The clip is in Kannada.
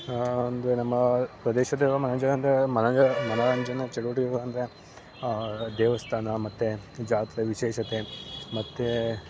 ಹಾಂ ಒಂದು ನಮ್ಮ ಪ್ರದೇಶದಲ್ಲಿರುವ ಮನೋರಂಜನೆ ಅಂದರೆ ಮನುಜ ಮನೋರಂಜನ ಚಟುವಟಿಕೆಗಳು ಅಂದರೆ ದೇವಸ್ಥಾನ ಮತ್ತೆ ಜಾತ್ರೆ ವಿಶೇಷತೆ ಮತ್ತು